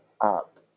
up